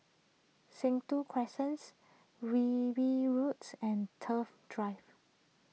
Sentul Crescents Wilby Roads and Thrift Drive